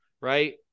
right